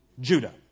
Judah